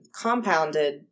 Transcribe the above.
Compounded